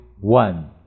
one